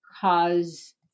cause